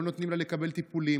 לא נותנים לה לקבל טיפולים.